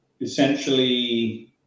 essentially